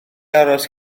aros